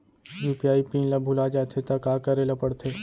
UPI pin ल भुला जाथे त का करे ल पढ़थे?